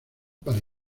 para